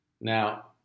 Now